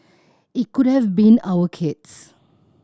it could have been our kids